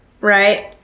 right